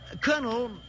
Colonel